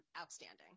outstanding